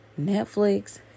netflix